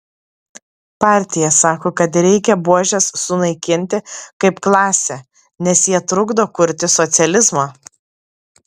partija sako kad reikia buožes sunaikinti kaip klasę nes jie trukdo kurti socializmą